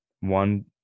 one